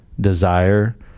Desire